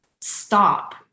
stop